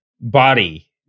body